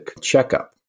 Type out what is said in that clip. checkup